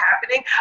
happening